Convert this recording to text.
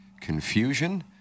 confusion